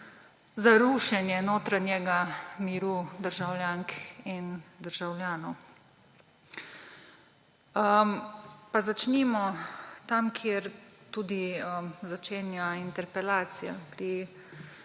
za rušenje notranjega miru državljank in državljanov. Pa začnimo tam, kjer tudi začenja interpelacija: pri